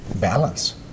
Balance